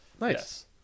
Nice